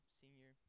senior